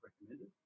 recommended